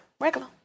Regular